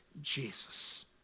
Jesus